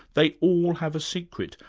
they all have a secret,